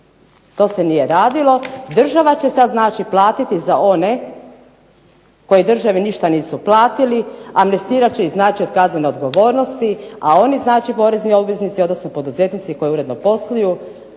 To se nije radilo. Država će sad znači platiti za one koji državi ništa nisu platili, amnestirati će i značaj kaznene odgovornosti, a oni znači porezni obveznici, odnosno poduzetnici koji uredno posluju